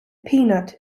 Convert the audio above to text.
peanut